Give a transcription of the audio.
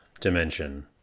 Dimension